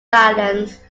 violence